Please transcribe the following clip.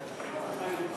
155),